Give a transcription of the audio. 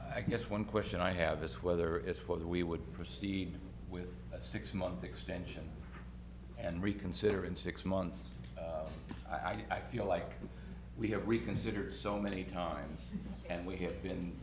i guess one question i have is whether is whether we would proceed with a six month extension and reconsider in six months i feel like we have reconsiders so many times and we have been